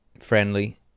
friendly